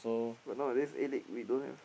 but nowadays A-League we don't have